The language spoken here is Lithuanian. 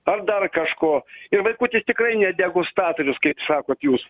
ar dar kažko ir vaikutis tikrai ne degustatorius kaip sakote jūs